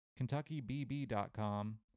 KentuckyBB.com